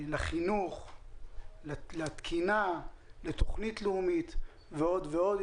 לחינוך, לתקינה, לתוכנית לאומית ועוד ועוד.